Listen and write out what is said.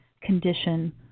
condition